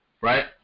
right